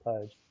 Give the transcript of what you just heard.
page